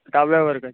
दहाव्या वर्गाचे